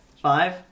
Five